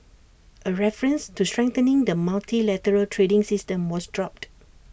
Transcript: A reference to strengthening the multilateral trading system was dropped